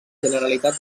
generalitat